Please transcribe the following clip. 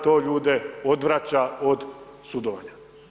To ljude odvraća od sudovanja.